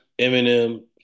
Eminem